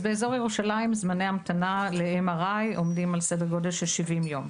אז באזור ירושלים זמני ההמתנה ל-MRI עומדים על סדר גודל של 70 יום.